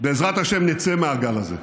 בעזרת השם נצא מהגל הזה,